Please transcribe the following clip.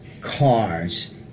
cars